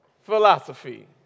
philosophy